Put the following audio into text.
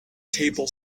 table